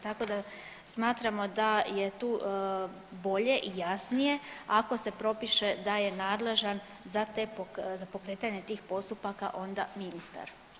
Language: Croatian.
Tako da smatramo da je tu bolje i jasnije ako se propiše da je nadležan za te, za pokretanje tih postupaka onda ministar.